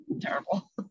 terrible